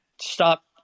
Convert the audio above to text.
stop